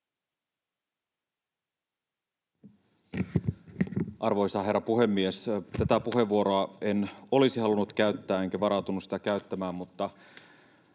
Arvoisa herra puhemies! Tätä puheenvuoroa en olisi halunnut käyttää enkä varautunut sitä käyttämään, mutta